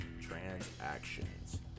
transactions